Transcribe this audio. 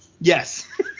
yes